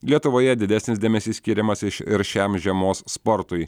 lietuvoje didesnis dėmesys skiriamas ir šiam žiemos sportui